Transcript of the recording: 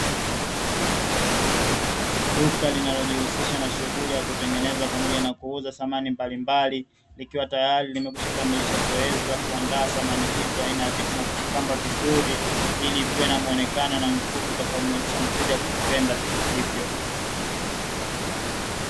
Duka linalojihusisha na shughuli ya kutengeneza pamoja na kuuza samani mbalimbali, likiwa tayari limekwisha kamilisha zoezi la kuandaa samani hizo aina ya viti na kuvipamba vizuri, ili viwe na muonekano na mvuto utakao muwezesha mteja kuvipenda viti hivyo.